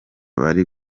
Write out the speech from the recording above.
bari